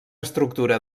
estructura